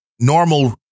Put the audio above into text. Normal